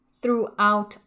throughout